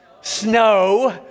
snow